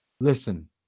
Listen